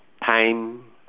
time